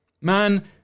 Man